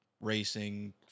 racing